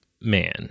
man